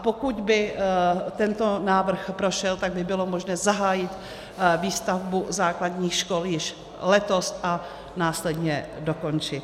Pokud by tento návrh prošel, tak by bylo možné zahájit výstavbu základních škol již letos a následně dokončit.